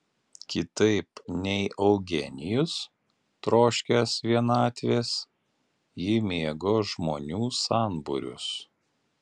kitaip nei eugenijus troškęs vienatvės ji mėgo žmonių sambūrius